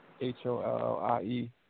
H-O-L-L-I-E